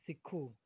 ਸਿੱਖੋ